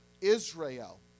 israel